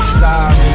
sorry